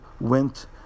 went